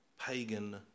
pagan